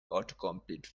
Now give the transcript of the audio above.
autocomplete